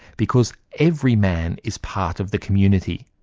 because every man is part of the community,